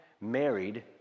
married